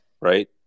right